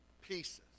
pieces